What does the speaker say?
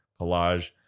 collage